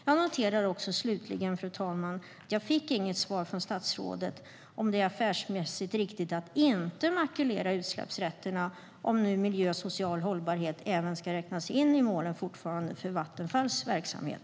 Jag noterar slutligen, fru talman, att jag inte fick något svar från statsrådet på frågan om det är affärsmässigt riktigt att inte makulera utsläppsrätterna, om nu även miljö och social hållbarhet fortfarande ska räknas in i målen för Vattenfalls verksamhet.